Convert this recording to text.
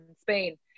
Spain